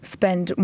...spend